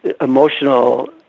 emotional